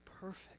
perfect